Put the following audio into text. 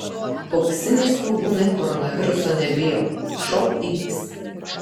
auksiniai svogūnai koronaviruso nebijo šou įvyks